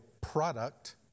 product